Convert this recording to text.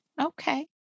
okay